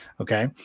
okay